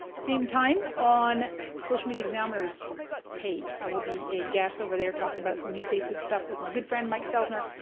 same time on social media examiner's page. i will be a guest over there talking about some new facebook stuff with my good friend mike stelzner.